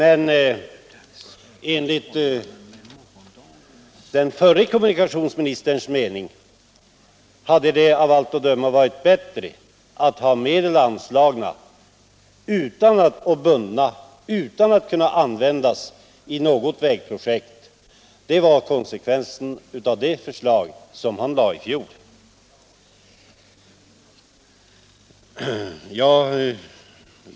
Enligt den förre kommunikationsministerns mening däremot skulle det av allt att döma ha varit bättre att inte binda de anslagna medlen vid något vägprojekt. Det var konsekvensen av det förslag han lade fram i fjol.